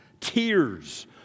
Tears